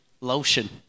lotion